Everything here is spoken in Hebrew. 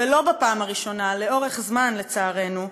ולא בפעם הראשונה, לאורך זמן, לצערנו,